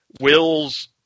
Will's